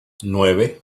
nueve